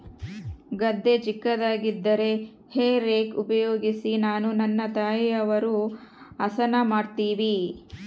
ಗದ್ದೆ ಚಿಕ್ಕದಾಗಿದ್ದರೆ hay rake ಉಪಯೋಗಿಸಿ ನಾನು ನನ್ನ ತಾಯಿಯವರು ಹಸನ ಮಾಡುತ್ತಿವಿ